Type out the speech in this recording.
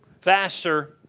Faster